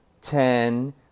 ten